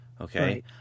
Okay